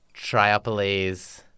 Triopolis